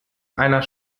einer